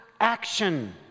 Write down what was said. action